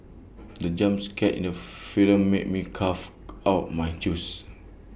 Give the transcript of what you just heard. the jump scare in the film made me cough out my juice